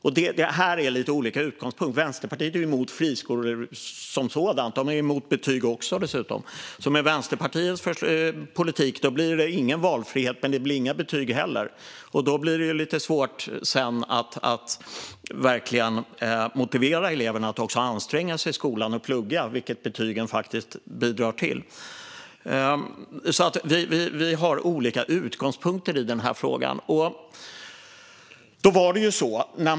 Det här visar olika utgångspunkter. Vänsterpartiet är emot friskolor, och partiet är dessutom emot betyg. Med Vänsterpartiets politik blir det ingen valfrihet, men det blir inte heller betyg. Då blir det svårt att motivera eleverna att anstränga sig i skolan och plugga, vilket betygen bidrar till. Vi har alltså olika utgångspunkter i frågan.